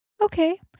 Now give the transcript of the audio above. okay